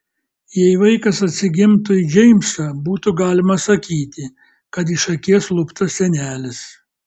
jei vaikas atsigimtų į džeimsą būtų galima sakyti kad iš akies luptas senelis